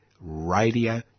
Radio